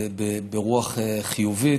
ברוח חיובית.